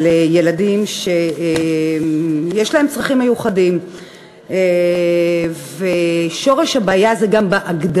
חוק שיקום, קידום ושילוב אנשים עם אוטיזם בקהילה.